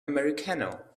americano